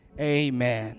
amen